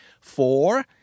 Four